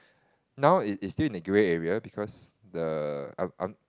now it's it's still in the grey area because the I'm I'm